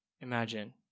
Imagine